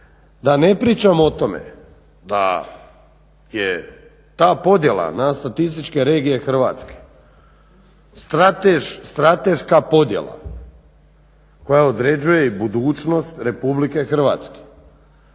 Da ne pričam o tome da je ta podjela na statističke regije Hrvatske strateška podjela koja određuje budućnost RH da ovdje